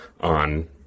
on